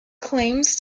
claims